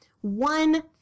one